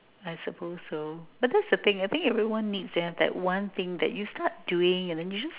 I suppose so but that's the thing I think everyone needs that one thing that you start doing you just